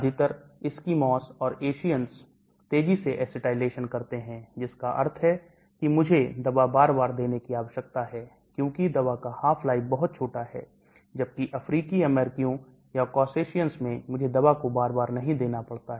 अधिकतर Eskimos और Asians तेजी से acetylation करते हैं जिसका अर्थ है कि मुझे दवा बार बार देने की आवश्यकता है क्योंकि दवा का half life बहुत छोटा है जबकि अफ्रीकी अमेरिकियों या Caucasians मैं मुझे दवा को बार बार नहीं देना पड़ता है